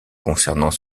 concernant